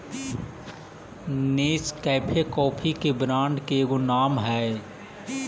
Nescafe coffee के brand के एगो नाम हई